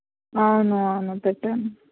అవును అవును పెట్టాను